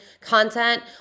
content